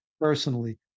personally